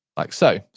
like so.